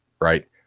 right